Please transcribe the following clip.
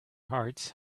hearts